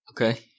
Okay